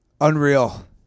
Unreal